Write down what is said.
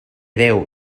déu